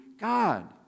God